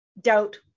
Doubt